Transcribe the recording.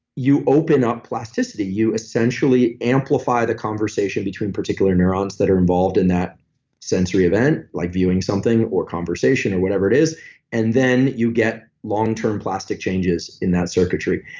you open up plasticity. you essentially amplify the conversation between particular neurons that are involved in that sensory event, like viewing something, or conversation or whatever it is and then you get long-term plastic changes in that circuitry.